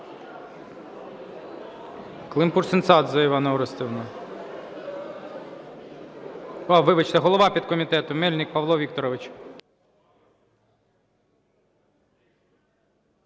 Климпуш-Цинцадзе Іванна Орестівна. Вибачте, голова підкомітету Мельник Павло Вікторович.